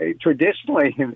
traditionally